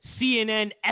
CNN